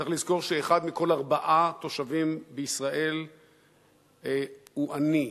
צריך לזכור שאחד מכל ארבעה תושבים בישראל הוא עני,